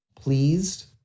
pleased